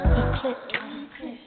eclipse